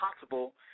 Possible